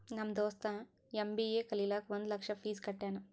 ನಮ್ ದೋಸ್ತ ಎಮ್.ಬಿ.ಎ ಕಲಿಲಾಕ್ ಒಂದ್ ಲಕ್ಷ ಫೀಸ್ ಕಟ್ಯಾನ್